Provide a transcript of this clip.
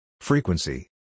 frequency